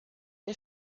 der